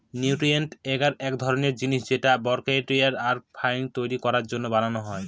nutrient agar এক ধরনের জিনিস যেটা ব্যাকটেরিয়া আর ফাঙ্গি তৈরী করার জন্য বানানো হয়